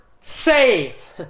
save